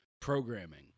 programming